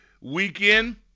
weekend